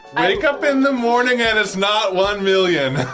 i wake up in the morning and it's not one million.